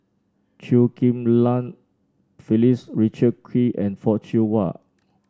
Chew Ghim Lian Phyllis Richard Kee and Fock Siew Wah